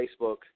Facebook